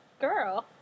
Girl